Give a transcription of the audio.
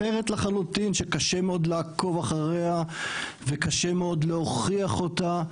אחרת לחלוטין שקשה מאוד לעקוב אחריה וקשה מאוד להוכיח אותה,